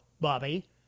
Bobby